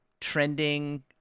trending